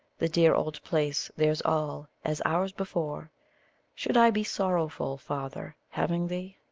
the dear old place theirs all, as ours before should i be sorrowful, father, having thee?